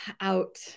out